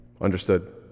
Understood